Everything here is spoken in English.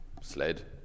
sled